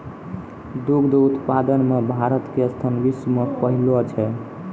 दुग्ध उत्पादन मॅ भारत के स्थान विश्व मॅ पहलो छै